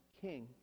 king